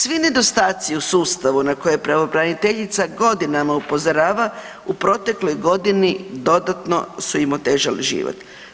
Svi nedostaci u sustavu na koje pravobraniteljica godinama upozorava u protekloj godini dodatno su im otežali život.